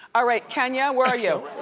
ah right, kenya, where are you?